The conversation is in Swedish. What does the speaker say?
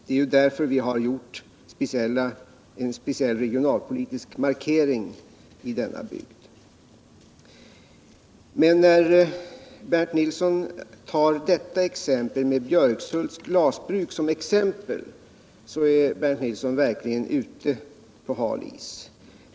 Det är därför vi har gjort en speciell regionalpolitisk markering i den här bygden. Men när Bernt Nilsson tar Björkshults glasbruk som exempel är han verkligen ute på hal is.